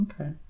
Okay